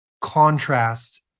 contrast